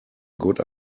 good